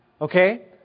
Okay